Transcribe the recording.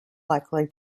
likely